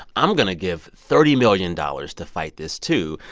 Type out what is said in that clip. i'm going to give thirty million dollars to fight this too.